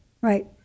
right